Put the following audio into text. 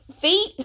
feet